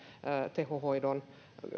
tehohoidon